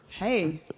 hey